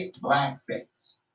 blackface